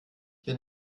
bin